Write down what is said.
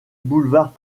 boulevard